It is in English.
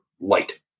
light